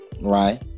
right